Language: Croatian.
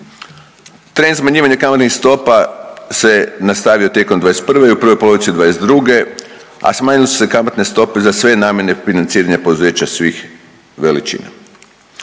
Trend smanjivanja kamatnih stopa se nastavio tijekom '21. i u prvoj polovici '22., a smanjile su se kamatne stope za sve namjene financiranja poduzeća svih veličina.